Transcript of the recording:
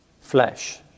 flesh